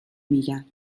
میگن